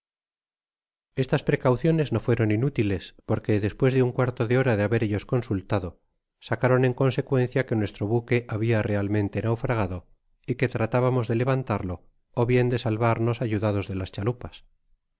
estas precauciones no fueron inútiles porque despues de un cuarto de hora de haber ellos consultado sacaron en consecuencia que nuestro buque habia realmente naufragado y que tratábamos de levantarlo ó bien de salvarnos ayudados de las chalupas